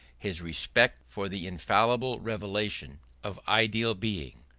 his respect for the infallible revelation of ideal being,